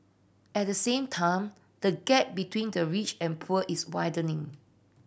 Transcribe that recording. at the same time the gap between the rich and poor is widening